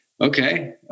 Okay